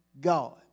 God